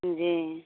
जी